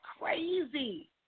crazy